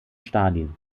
stalin